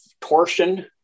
torsion